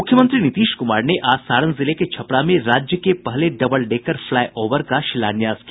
मुख्यमंत्री नीतीश कुमार ने आज सारण जिले के छपरा में राज्य के पहले डबलडेकर फ्लाईओवर का शिलान्यास किया